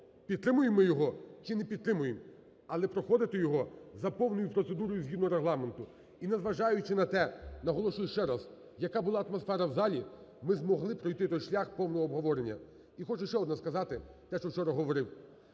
підтримуємо ми його чи не підтримуємо, але проходити його за повною процедурою згідно Регламенту. І не зважаючи на те, наголошую ще раз, яка була атмосфера в залі, ми змогли пройти той шлях повного обговорення. І хочу ще одне сказати, те що вчора говорив.